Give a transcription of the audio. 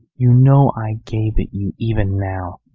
you know i gave it you even now.